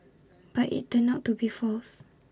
but IT turned out to be false